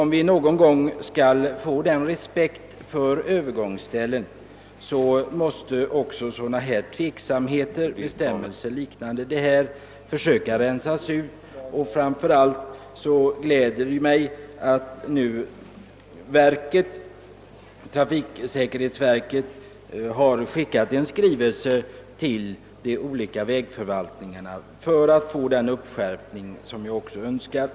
Om vi någon gång skall vinna den respekt för övergångsställena som vi vill ha, så måste alla tveksamma bestämmelser av den typ det här gäller rensas ut. Det gläder mig alldeles speciellt att trafiksäkerhetsverket nu har skickat en skrivelse till de olika vägförvaltningarna för att få den skärpning till stånd som jag har önskat.